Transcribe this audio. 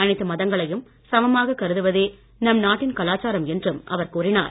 அனைத்து மதங்களையும் சமமாக கருதுவதே நம் நாட்டின் கலாச்சாரம் என்றும் அவர் கூறினார்